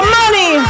money